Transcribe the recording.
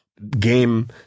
game